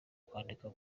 kwandika